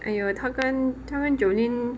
哎哟她跟她跟 jolene